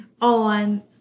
on